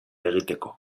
egiteko